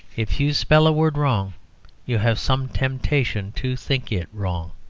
if you spell a word wrong you have some temptation to think it wrong.